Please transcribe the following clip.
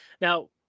Now